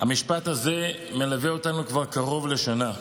המשפט הזה מלווה אותנו כבר קרוב לשנה,